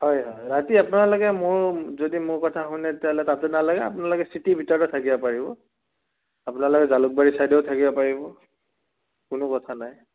হয় হয় ৰাতি আপোনালোকে মোৰ যদি মোৰ কথা শুনে তেতিয়াহ'লে তাতে নালাগে আপোনালোকে চিটিৰ ভিতৰত থাকিব পাৰিব আপোনালোকে জালুকবাৰী ছাইদেও থাকিব পাৰিব কোনো কথা নাই